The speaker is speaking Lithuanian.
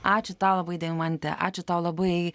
ačiū tau labai deimante ačiū tau labai